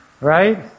right